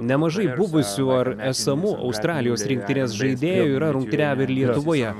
nemažai buvusių ar esamų australijos rinktinės žaidėjų yra rungtyniavę lietuvoje